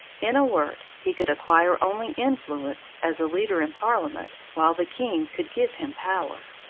in a word, he could acquire only influence as a leader in parliament, while the king could give him power.